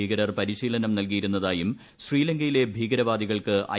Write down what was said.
ഭീകരർ പരിശീലനം നൽകി യിരുന്നതായും ശ്രീലങ്കയിലെ ഭീകരവാദികൾക്ക് ഐ